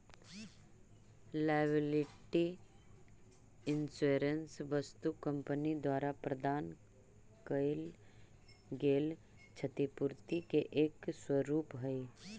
liability insurance वस्तु company द्वारा प्रदान कैइल गेल क्षतिपूर्ति के एक स्वरूप हई